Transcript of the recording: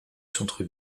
centre